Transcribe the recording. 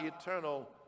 eternal